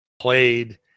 played